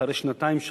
אחרי שנתיים,